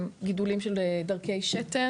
גידולים של דרכי שתן